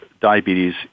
diabetes